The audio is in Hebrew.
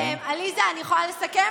עליזה, אני יכולה לסכם?